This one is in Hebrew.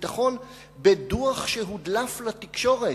והביטחון בדוח של המינהל האזרחי שהודלף לתקשורת,